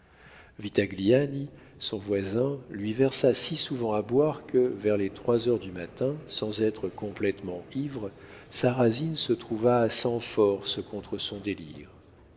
vitagliani son voisin lui versa si souvent à boire que vers les trois heures du matin sans être complétement ivre sarrasine se trouva sans force contre son délire